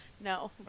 No